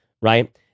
right